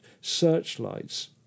searchlights